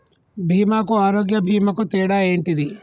బీమా కు ఆరోగ్య బీమా కు తేడా ఏంటిది?